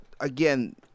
again